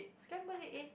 scramble the egg